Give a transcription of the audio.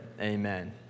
amen